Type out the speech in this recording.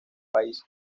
país